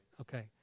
Okay